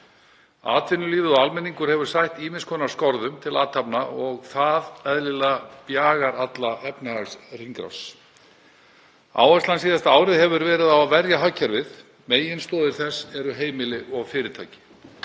Atvinnulífið og almenningur hefur sætt ýmiss konar skorðum til athafna og það hefur eðlilega bjagað alla efnahagshringrás. Áherslan síðasta árið hefur verið á að verja hagkerfið, en meginstoðir þess eru heimili og fyrirtæki,